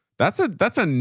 that's a, that's and